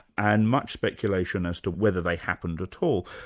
and much speculation as to whether they happened at all.